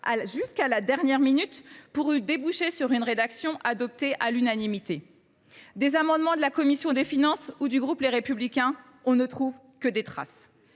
jusqu’à la dernière minute, pour déboucher sur une rédaction adoptée à l’unanimité. Des amendements de la commission des finances ou du groupe Les Républicains, on ne trouve que des traces.